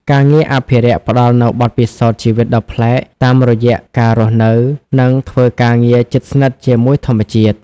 ការងារអភិរក្សផ្តល់នូវបទពិសោធន៍ជីវិតដ៏ប្លែក តាមរយៈការរស់នៅ និងធ្វើការងារជិតស្និទ្ធជាមួយធម្មជាតិ។